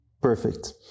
perfect